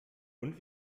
und